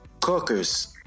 Cookers